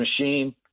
machine